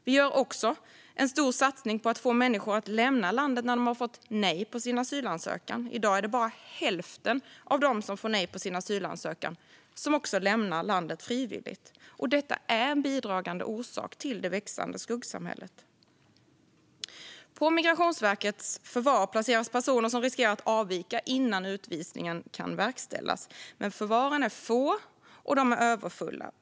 Vi gör också en stor satsning på att få människor att lämna landet när de har fått nej på sin asylansökan. I dag är det bara hälften av dem som har fått nej på asylansökan som lämnar landet frivilligt. Detta är en bidragande orsak till det växande skuggsamhället. På Migrationsverkets förvar placeras personer som riskerar att avvika innan utvisningen kan verkställas. Men förvaren är få, och de är överfulla.